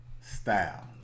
style